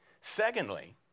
Secondly